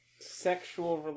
Sexual